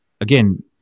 again